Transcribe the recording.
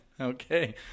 Okay